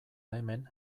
hemen